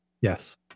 Yes